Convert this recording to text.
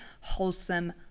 wholesome